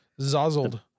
zazzled